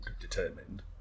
determined